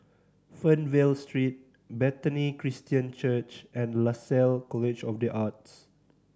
Fernvale Street Bethany Christian Church and Lasalle College of The Arts